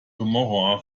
tomorrow